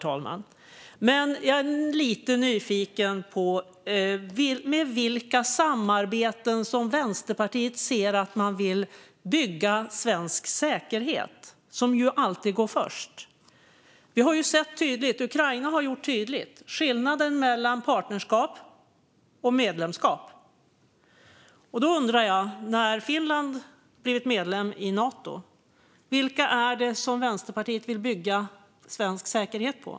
Jag är dock lite nyfiken på med vilka samarbeten som Vänsterpartiet ser att man vill bygga svensk säkerhet, som ju alltid går först. Ukraina har gjort skillnaden mellan partnerskap och medlemskap tydlig. Då undrar jag: När Finland har blivit medlem i Nato - vilka samarbeten är det som Vänsterpartiet vill bygga svensk säkerhet på?